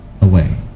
away